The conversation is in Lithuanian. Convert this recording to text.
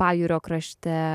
pajūrio krašte